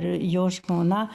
jo žmona